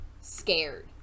scared